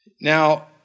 Now